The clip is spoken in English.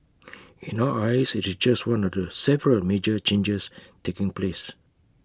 in our eyes IT is just one of the several major changes taking place